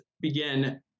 begin